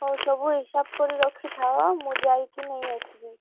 ହଉ ସବୁ ହିସାବ କରିକି ରଖିଥାଅ ମୁଁ ଯାଇକି ନେଇ ଆସିବି